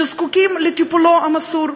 שזקוקים לטיפולו המסור,